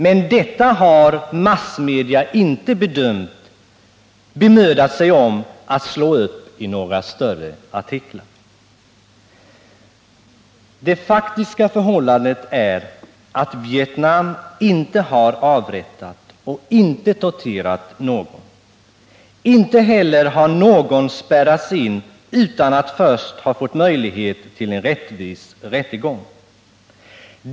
Men detta har massmedia inte bemödat sig om att slå upp i några större artiklar. Det faktiska förhållandet är att Vietnam inte har avrättat och inte torterat någon. Inte heller har någon spärrats in utan att först ha fått möjlighet till en rättvis rättegång.